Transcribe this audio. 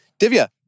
Divya